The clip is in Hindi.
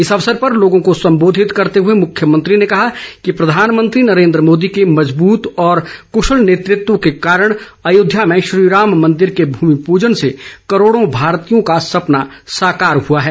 इस अवसर पर लोगों को संबोधित करते हुए मुख्यमंत्री ने कहा कि प्रधानमंत्री नरेन्द्र मोदी के मजबूत व कृशल नेतृत्व के कारण अयोध्या में श्रीराम मंदिर के भूमिपूजन से करोड़ों भारतीयों का सपना साकार हुआ है